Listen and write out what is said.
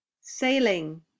sailing